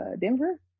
Denver